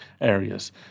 areas